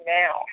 now